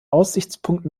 aussichtspunkt